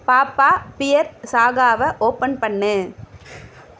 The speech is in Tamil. பாப்பா பியர் சாகாவை ஓபன் பண்ணு